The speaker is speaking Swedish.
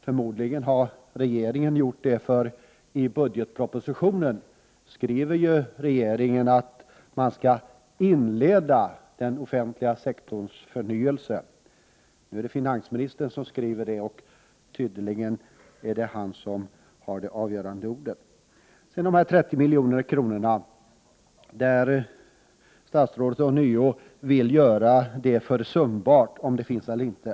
Förmodligen har regeringen gjort det, för i budgetpropositionen står det att man skall ”inleda” den offentliga sektorns förnyelse. Nu är det finansministern som skriver det, och tydligen har han det avgörande ordet. När det gäller dessa 30 milj.kr. till försöksverksamhet vill statsrådet ånyo göra gällande att det är försumbart om medlen finns eller inte.